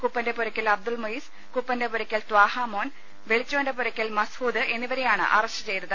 കുപ്പന്റെ പുരയ്ക്കൽ അബ്ദുൾ മുയ്സ് കുപ്പന്റെ പുരയ്ക്കൽ ത്വാഹാ മോൻ വേളിച്ചാന്റെ പുരയ്ക്കൽ മഹ്സൂദ് എന്നിവരെയാണ് അറസ്റ്റ് ചെയ്തത്